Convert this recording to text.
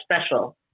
special